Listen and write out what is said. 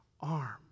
arm